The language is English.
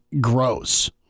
gross